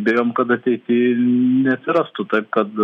bijom kad ateity neatsirastų taip kad